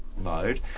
mode